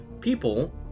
people